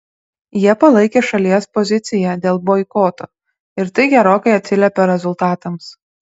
jie palaikė šalies poziciją dėl boikoto ir tai gerokai atsiliepė rezultatams